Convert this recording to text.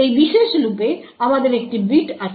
এই বিশেষ লুপে আমাদের একটি বিট আছে